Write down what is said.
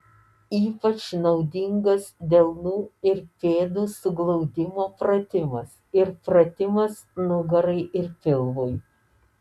ypač naudingas delnų ir pėdų suglaudimo pratimas ir pratimas nugarai ir pilvui